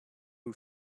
who